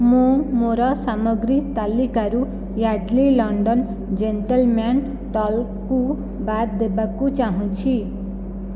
ମୁଁ ମୋର ସାମଗ୍ରୀ ତାଲିକାରୁ ୟାଡ଼୍ଲି ଲଣ୍ଡନ ଜେଣ୍ଟଲ୍ମ୍ୟାନ୍ ଟାଲ୍କକୁ ବାଦ୍ ଦେବାକୁ ଚାହୁଁଛି